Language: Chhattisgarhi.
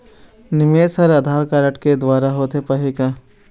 निवेश हर आधार कारड के द्वारा होथे पाही का?